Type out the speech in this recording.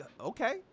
Okay